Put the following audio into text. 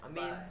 I mean